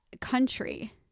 country